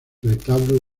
retablo